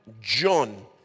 John